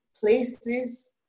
Places